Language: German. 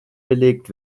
belegt